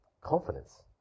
confidence